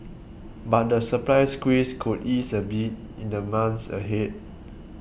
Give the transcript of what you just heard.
but the supply squeeze could ease a bit in the months ahead